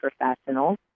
Professionals